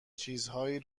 چیزهایی